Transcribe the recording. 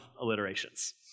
alliterations